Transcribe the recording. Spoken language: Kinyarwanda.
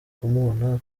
kumubona